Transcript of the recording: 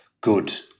good